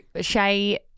Shay